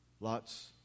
lots